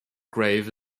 grave